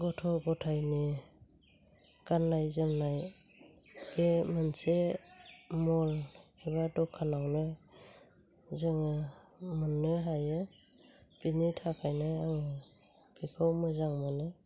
गथ' गथाइनि गाननाय जोमनाय बे मोनसे मल एबा दखानावनो जोङो मोननो हायो बेनि थाखायनो आङो बेखौ मोजां मोनो